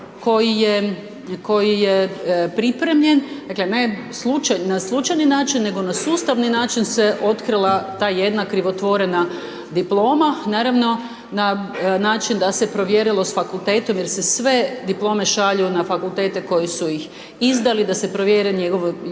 koji je pripremljen, dakle ne na slučajni način nego na sustavni način se otkrila ta jedna krivotvorena diploma, naravno na način da se provjerilo s fakultetom jer se sve diplome šalju na fakultete koji su ih izdali da se provjeri